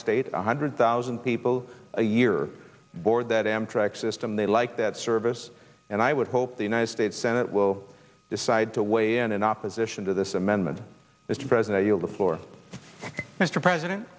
state one hundred thousand people a year board that amtrak system they like that service and i would hope the united states senate will decide to weigh in in opposition to this amendment mr president you will the floor mr president